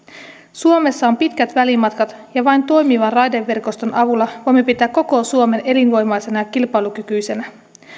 suomessa on pitkät välimatkat ja vain toimivan raideverkoston avulla voimme pitää koko suomen elinvoimaisena ja kilpailukykyisenä